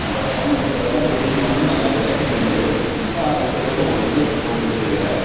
அந்த ஃபோன் வந்துட்டு பார்த்தீனா பேஸிக் மாடல் நல்லா பேட்ரி நின்றது இப்போ நான் வச்சுக்கிறது ஒன் ப்ளஸ் ஃபோன் வச்சுருக்கிறேன்